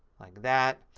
like that.